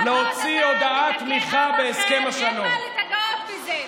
כל עוד עם מדכא עם אחר, אין מה להתגאות בזה.